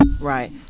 Right